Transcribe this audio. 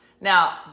Now